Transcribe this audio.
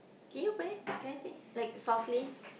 can you open it can I see like softly